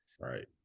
right